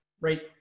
right